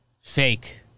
Fake